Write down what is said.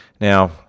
Now